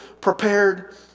prepared